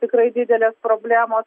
tikrai didelės problemos